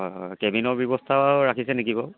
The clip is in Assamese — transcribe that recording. হয় হয় কেবিনৰ ব্যৱস্থাও ৰাখিছে নেকি বাৰু